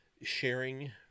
sharing